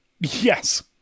Yes